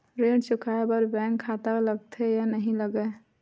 ऋण चुकाए बार बैंक खाता लगथे या नहीं लगाए?